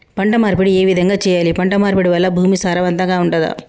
పంట మార్పిడి ఏ విధంగా చెయ్యాలి? పంట మార్పిడి వల్ల భూమి సారవంతంగా ఉంటదా?